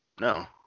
No